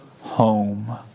home